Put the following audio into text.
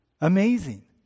Amazing